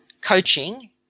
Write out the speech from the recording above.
coaching